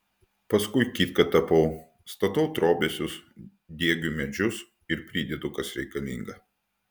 paskui kitką tapau statau trobesius diegiu medžius ir pridedu kas reikalinga